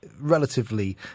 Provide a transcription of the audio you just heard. Relatively